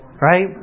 right